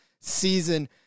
season